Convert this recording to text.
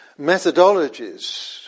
methodologies